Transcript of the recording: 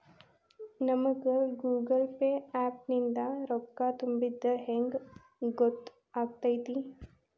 ನಮಗ Google pay app ನಿಂದ ರೊಕ್ಕಾ ತುಂಬಿದ್ದ ಹೆಂಗ್ ಗೊತ್ತ್ ಆಗತೈತಿ?